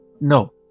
No